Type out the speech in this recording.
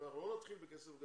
אנחנו לא נתחיל עם כסף גדול.